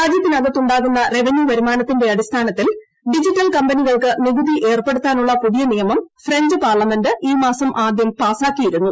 രാജ്യത്തിനകത്ത് ഉണ്ടാകുന്ന റവന്യൂ വരുമാനത്തിന്റെ അടിസ്ഥാനത്തിൽ ഡിജിറ്റൽ കമ്പനികൾക്ക് നികുതി ഏർപ്പെടുത്താനുള്ള പുതിയ നിയമം ഫ്രഞ്ച് പാർലമെന്റ് ഈ മാസം ആദ്യം പാസ്സാക്കിയിരുന്നു